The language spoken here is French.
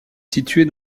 située